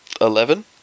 Eleven